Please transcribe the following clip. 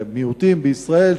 מיעוטים בישראל,